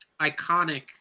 iconic